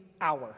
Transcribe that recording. hour